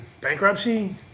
Bankruptcy